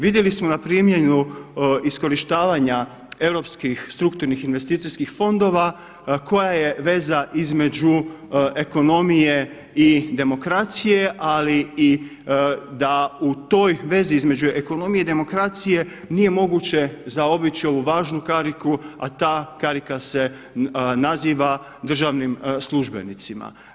Vidjeli smo na primjeru iskorištavanja europskih strukturnih investicijskih fondova koja je veza između ekonomije i demokracije ali i da u toj vezi između ekonomije i demokracije nije moguće zaobići ovu važnu kariku a ta karika se naziva državnim službenicima.